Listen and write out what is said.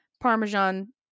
Parmesan